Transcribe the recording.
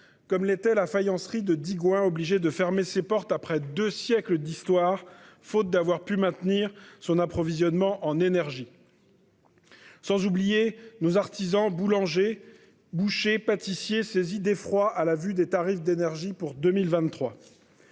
comme l'était la faïencerie de Digoin obligé de fermer ses portes après 2 siècles d'histoire. Faute d'avoir pu maintenir son approvisionnement en énergie.-- Sans oublier nos artisans boulangers, bouchers pâtissiers saisi d'effroi à la vue des tarifs d'énergie pour 2023.